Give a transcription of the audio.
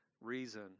reason